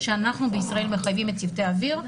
שאנחנו בישראל מחייבים את צוותי האוויר,